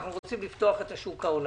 אנחנו רוצים לפתוח את השוק העולמי.